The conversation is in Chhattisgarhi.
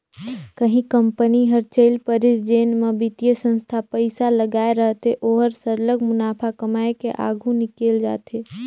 कहीं कंपनी हर चइल परिस जेन म बित्तीय संस्था पइसा लगाए रहथे ओहर सरलग मुनाफा कमाए के आघु निकेल जाथे